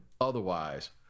otherwise